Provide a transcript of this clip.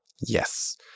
Yes